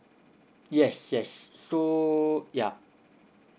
yes yes so yup